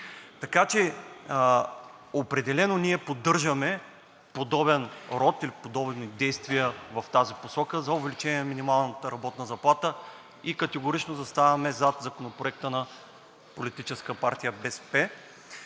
Така че определено ние поддържаме подобен род или подобни действия в тази посока за увеличение на минималната работна заплата и категорично заставаме зад Законопроекта на Политическа партия БСП,